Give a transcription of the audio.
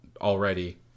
already